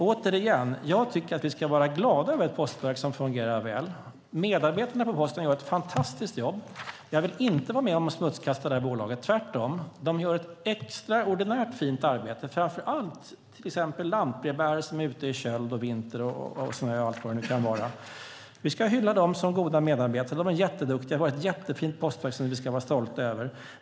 Återigen: Jag tycker att vi ska vara glada över att postverksamheten fungerar väl. Medarbetarna på Posten gör ett fantastiskt jobb. Jag vill inte vara med om att smutskasta det bolaget, tvärtom. De gör ett extraordinärt fint arbete, till exempel lantbrevbärare som är ute i kölden och snön på vintern och allt vad det nu kan vara. Vi ska hylla dem som goda medarbetare. De är jätteduktiga. Vi har ett jättefint postverk som vi ska vara stolta över.